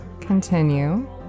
Continue